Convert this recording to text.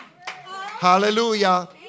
Hallelujah